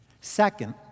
Second